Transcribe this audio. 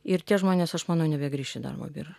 ir tie žmonės aš manau nebegrįš į darbo biržą